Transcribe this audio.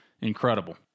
incredible